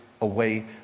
away